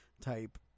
type